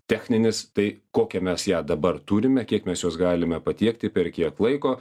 techninis tai kokią mes ją dabar turime kiek mes jos galime patiekti per kiek laiko